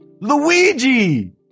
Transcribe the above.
Luigi